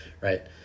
right